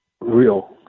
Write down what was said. real